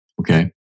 Okay